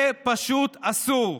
זה פשוט אסור.